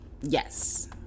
yes